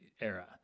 era